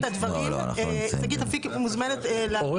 --- לקחת את הדברים, שגית אפיק מוזמנת לוועדה,